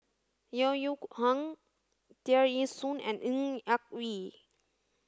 Yeo Yeow Kwang Tear Ee Soon and Ng Yak Whee